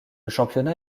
championnat